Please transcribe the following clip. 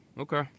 Okay